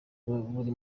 buri